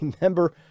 member